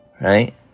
right